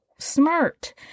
Smart